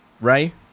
Ray